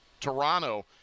Toronto